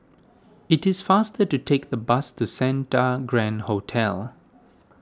it is faster to take the bus to Santa Grand Hotel